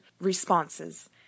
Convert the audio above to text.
responses